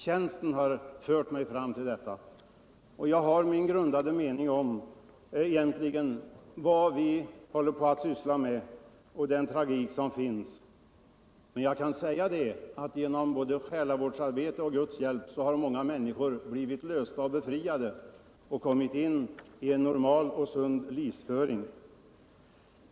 Tjänsten har fört mig fram till detta, och jag har min grundade mening om vad vi egentligen sysslar med och om den tragik som finns. Men jag kan säga att genom både själavård och Guds hjälp har många människor blivit lösta och befriade och kommit in i en normal och sund livsföring.